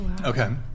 Okay